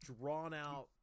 drawn-out